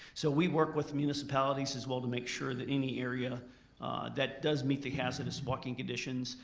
so we work with municipalities as well to make sure that any area that does meet the hazardous walking conditions,